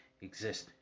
Exist